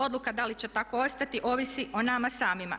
Odluka da li će tako ostati ovisi o nama samima.